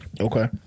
Okay